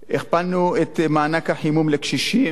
הכפלנו את מענק החימום לקשישים.